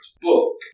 book